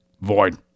Void